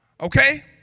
Okay